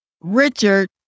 Richard